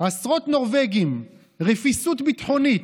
עשרות נורבגים, רפיסות ביטחונית,